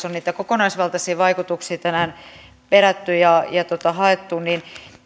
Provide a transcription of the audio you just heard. on niitä kokonaisvaltaisia vaikutuksia tänään perätty ja ja haettu niin